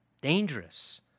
Dangerous